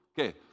okay